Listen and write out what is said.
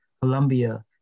Colombia